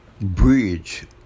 bridge